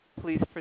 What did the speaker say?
please